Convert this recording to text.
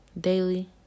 daily